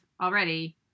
already